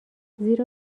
زیرا